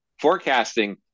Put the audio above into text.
forecasting